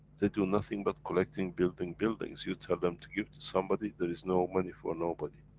they do nothing but collecting, building buildings. you tell them to give to somebody, there is no money for nobody.